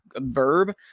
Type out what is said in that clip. Verb